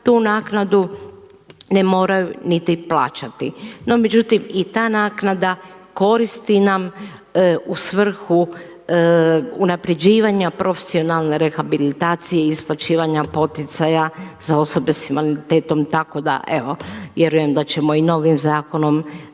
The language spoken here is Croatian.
tu naknadu ne moraju niti plaćati. No međutim i ta naknada koristi nam u svrhu unapređivanja profesionalne rehabilitacije i isplaćivanja poticaja za osobe sa invaliditetom, tako da evo vjerujem da ćemo i novim zakonom